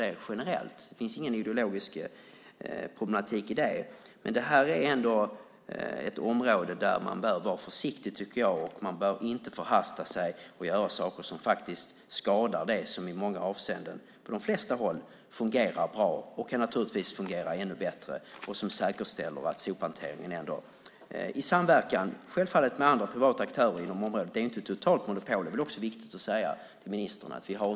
Det finns ingen ideologisk problematik i det. Men det här är ändå ett område där jag tycker att man bör vara försiktig. Man bör inte förhasta sig och göra saker som faktiskt skadar det som i många avseenden på de flesta håll fungerar bra och som naturligtvis kan fungera ännu bättre. Man ska säkerställa att sophanteringen sker i samverkan med andra privata aktörer på området. Det är ju inte ett totalt monopol - det är också viktigt att säga till ministern.